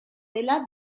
dela